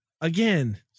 again